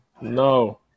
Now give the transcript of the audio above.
No